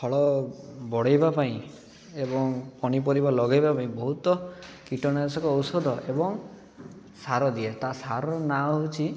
ଫଳ ବଢ଼େଇବା ପାଇଁ ଏବଂ ପନିପରିବା ଲଗେଇବା ପାଇଁ ବହୁତ କୀଟନାଶକ ଔଷଧ ଏବଂ ସାର ଦିଏ ତା ସାରର ନାଁ ହେଉଛି